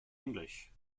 english